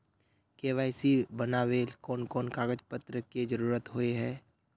KYC बनावेल कोन कोन कागज पत्र की जरूरत होय है?